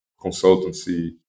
consultancy